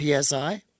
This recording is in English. PSI